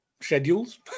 schedules